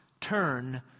turn